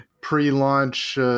pre-launch